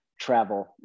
travel